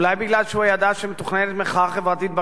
אולי בגלל שהוא ידע שמתוכננת מחאה חברתית בקיץ?